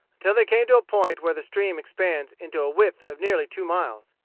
until they came to a point where the stream expands into a width of nearly two miles.